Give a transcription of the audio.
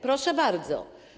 Proszę bardzo.